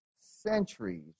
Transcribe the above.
centuries